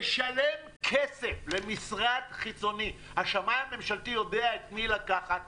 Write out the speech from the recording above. נשלם כסף למשרד חיצוני השמאי הממשלתי יודע את מי לקחת,